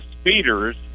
speeders